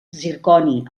zirconi